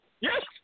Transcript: Yes